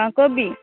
ହଁ କୋବି